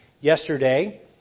Yesterday